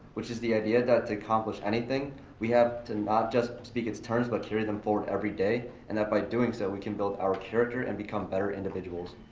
which is the idea that to accomplish anything we have to not just speak it's terms but carry them forward every day. and by doing so we can build our character and become better individuals.